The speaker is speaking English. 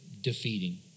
defeating